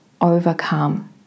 overcome